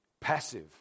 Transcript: passive